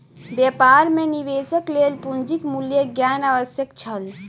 व्यापार मे निवेशक लेल पूंजीक मूल्य ज्ञान आवश्यक छल